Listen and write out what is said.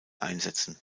einsätzen